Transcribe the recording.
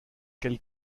quel